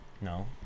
No